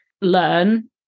learn